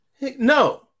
No